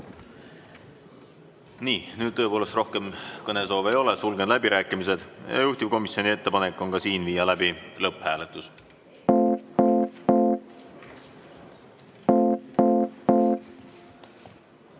Nii, nüüd tõepoolest rohkem kõnesoove ei ole. Sulgen läbirääkimised. Juhtivkomisjoni ettepanek on ka siin viia läbi lõpphääletus.